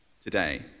today